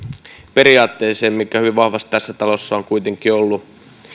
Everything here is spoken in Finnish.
periaatteeseen mikä hyvin vahvasti tässä talossa on kuitenkin ollut